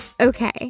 okay